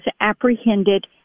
apprehended